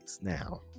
now